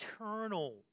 eternal